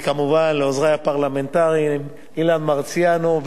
כמובן לעוזרי הפרלמנטריים אילן מרסיאנו,